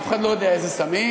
אף אחד לא יודע איזה סמים,